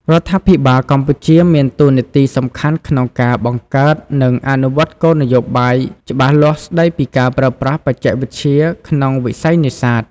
រដ្ឋាភិបាលកម្ពុជាមានតួនាទីសំខាន់ក្នុងការបង្កើត និងអនុវត្តគោលនយោបាយច្បាស់លាស់ស្ដីពីការប្រើប្រាស់បច្ចេកវិទ្យាក្នុងវិស័យនេសាទ។